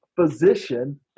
physician